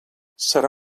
serà